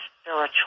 spiritual